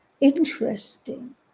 interesting